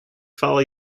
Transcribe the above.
follow